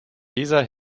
dieser